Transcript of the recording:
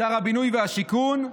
שר הבינוי והשיכון,